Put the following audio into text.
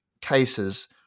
cases